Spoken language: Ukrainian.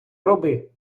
роби